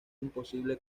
imposible